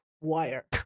wire